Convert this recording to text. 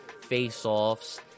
face-offs